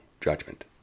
judgment